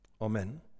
amen